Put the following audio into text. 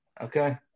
okay